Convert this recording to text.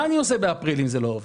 מה אני עושה באפריל אם זה לא עובר?